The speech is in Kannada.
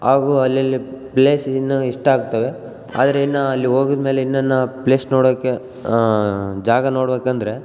ಹಾಗು ಅಲ್ಲಲ್ಲಿ ಪ್ಲೇಸಿನ ಇಷ್ಟ ಆಗ್ತಾವೆ ಆದರೆ ಇನ್ನು ಅಲ್ಲಿ ಹೋಗಿದ್ ಮೇಲೆ ಇನ್ನನ್ನ ಪ್ಲೇಸ್ ನೋಡೋಕೆ ಜಾಗ ನೋಡಬೇಕಂದ್ರೆ